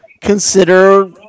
consider